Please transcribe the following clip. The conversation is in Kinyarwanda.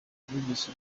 numvise